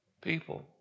People